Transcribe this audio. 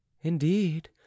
indeed